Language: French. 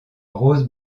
rose